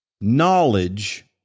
Knowledge